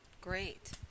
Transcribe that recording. Great